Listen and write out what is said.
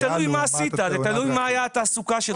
זה תלוי מה עשית, תלוי מה הייתה התעסוקה שלך.